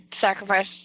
sacrifice